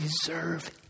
deserve